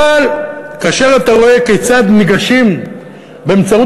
אבל כאשר אתה רואה כיצד ניגשים באמצעות